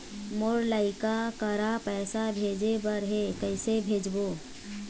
मोर लइका करा पैसा भेजें बर हे, कइसे भेजबो?